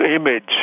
image